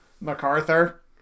MacArthur